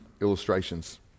illustrations